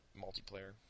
Multiplayer